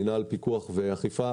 מינהל פיקוח ואכיפה,